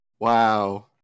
Wow